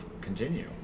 continue